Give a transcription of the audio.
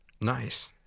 nice